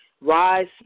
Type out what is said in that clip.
Rise